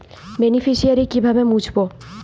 Beneficiary কিভাবে মুছব?